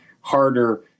harder